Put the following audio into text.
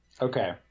Okay